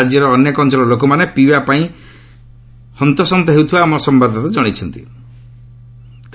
ରାଜ୍ୟର ଅନେକ ଅଞ୍ଚଳର ଲୋକମାନେ ପିଇବା ପାଣି ପାଇଁ ହନ୍ତସନ୍ତ ହେଉଥିବା ଆମ ସମ୍ଭାଦଦାତା ଜଣାଇଛନ୍ତି